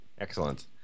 Excellent